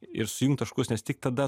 ir sujungt taškus nes tik tada